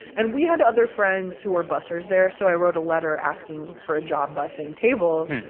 and we had other friends who were bussers there, so i wrote a letter asking for a job bussing tables.